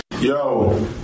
Yo